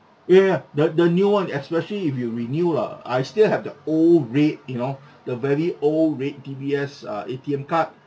ya ya ya the the new one especially if you renew uh I still have the old red you know the very old red D_B_S uh A_T_M card